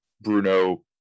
Bruno